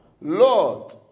Lord